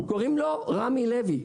קוראים לו רמי לוי.